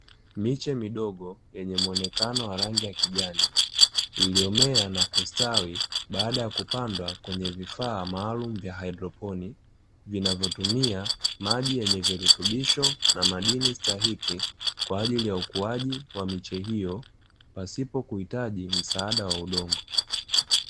Miche midogo yenye muonekano wa rangi ya kijani, iliyomea na kustawi baada ya kupandwa kwenye vifaa maalumu vya haidroponi, vinavyotumia maji yenye virutubisho na madini stahiki kwa ajili ya ukuaji wa miche hiyo pasipo kuhitaji msaada wa udongo.